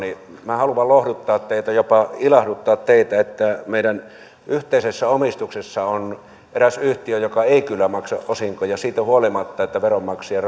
minä haluan lohduttaa teitä jopa ilahduttaa teitä että meidän yhteisessä omistuksessa on eräs yhtiö joka ei kyllä maksa osinkoja siitä huolimatta että veronmaksajien